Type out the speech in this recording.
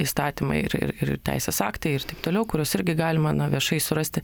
įstatymai ir ir ir teisės aktai ir taip toliau kuriuos irgi galima ne viešai surasti